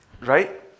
Right